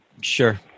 Sure